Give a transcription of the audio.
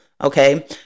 okay